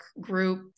group